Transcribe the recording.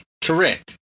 Correct